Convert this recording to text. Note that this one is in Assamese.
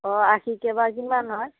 অঁ আষিকে বা কিমান হয়